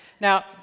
Now